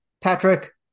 Patrick